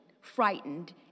frightened